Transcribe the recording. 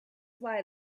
why